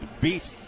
beat